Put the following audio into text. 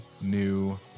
new